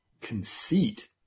conceit